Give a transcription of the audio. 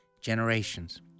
generations